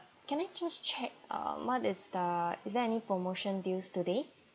can I just check uh what is the is there any promotion deals today